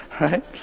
Right